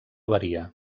varia